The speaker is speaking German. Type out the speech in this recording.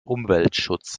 umweltschutz